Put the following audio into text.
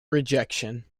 rejection